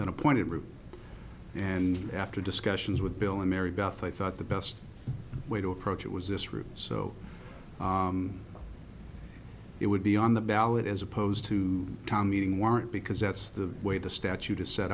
an appointed group and after discussions with bill and mary beth i thought the best way to approach it was this route so it would be on the ballot as opposed to town meeting warrant because that's the way the statute is set